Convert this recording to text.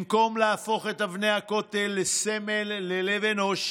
במקום להפוך את אבני הכותל לסמל ללב אנוש,